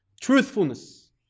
truthfulness